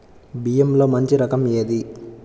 బియ్యంలో మంచి రకం ఏది?